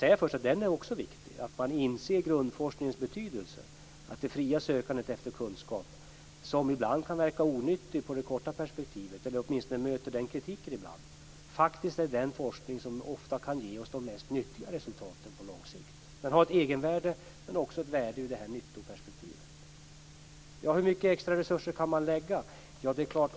Låt mig först säga att också den är viktig och att man inser grundforskningens betydelse. Det fria sökandet efter kunskap, som ibland kan verka onyttig i det korta perspektivet, eller åtminstone möter den kritiken ibland, är faktiskt den forskning som ofta kan ge oss de mest nyttiga resultaten på lång sikt. Den har ett egenvärde, men också ett värde ur nyttoperspektivet. Hur mycket extraresurser kan man lägga på forskning?